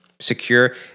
secure